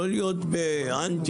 לא להיות באנטי,